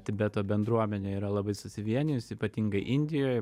tibeto bendruomenė yra labai susivienijusi ypatingai indijoj